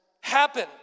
happen